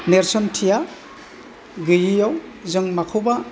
नेर्सोनथिया गैयैआव जों माखौबा